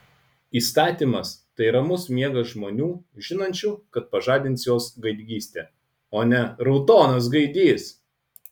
įstatymas tai ramus miegas žmonių žinančių kad pažadins juos gaidgystė o ne raudonas gaidys